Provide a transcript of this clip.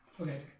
Okay